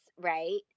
right